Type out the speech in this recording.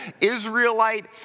Israelite